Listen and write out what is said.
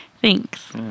Thanks